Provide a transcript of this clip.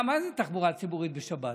מה זה תחבורה ציבורית בשבת?